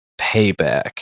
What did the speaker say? payback